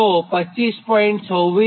તો 25